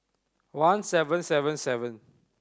one seven seven seven